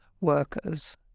workers